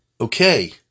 okay